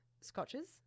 scotches